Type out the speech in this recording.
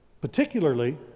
particularly